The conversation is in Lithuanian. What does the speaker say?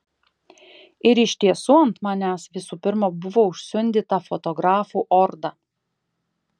ir iš tiesų ant manęs visų pirma buvo užsiundyta fotografų orda